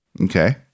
Okay